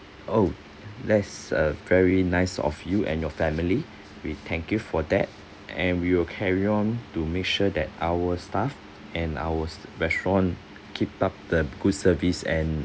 oh that's uh very nice of you and your family we thank you for that and we will carry on to make sure that our staff and our restaurant keep up the good service and